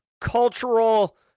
cultural